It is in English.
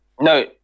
No